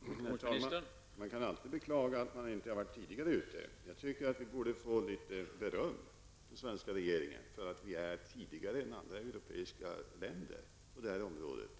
Herr talman! Man kan alltid beklaga att man inte varit tidigare ute. Jag tycker att den svenska regeringen borde få beröm för att vi är tidigare ute än andra europeiska länder på det här området.